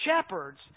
shepherds